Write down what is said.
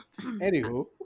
Anywho